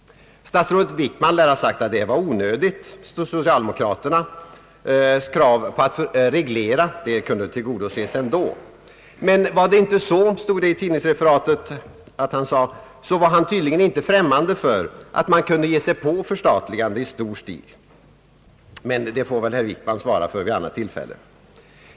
Statsrådet Wickman lär ha sagt att det var onödigt. Socialdemokraternas krav på att reglera kunde tillgodoses ändå. Men gick det inte så, stod det i tidningsreferatet, var statsrådet Wickman tydligen inte främmande för att man kunde ge sig in på förstatligande i stor stil.